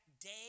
day